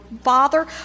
father